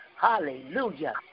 Hallelujah